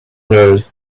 road